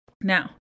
Now